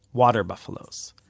water buffaloes.